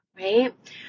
right